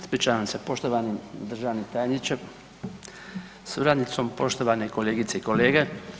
Ispričavam se, poštovani državni tajniče sa suradnicom, poštovane kolegice i kolege.